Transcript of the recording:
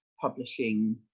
publishing